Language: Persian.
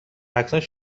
اکنون